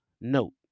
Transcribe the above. note